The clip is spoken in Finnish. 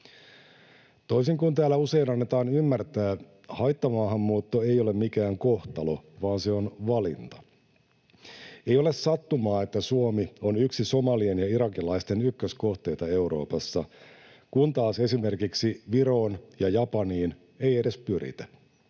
Toisin kuin täällä usein annetaan ymmärtää, haittamaahanmuutto ei ole mikään kohtalo, vaan se on valinta. Ei ole sattumaa, että Suomi on yksi somalien ja irakilaisten ykköskohteita Euroopassa, kun taas esimerkiksi Viroon ja Japaniin ei edes pyritä.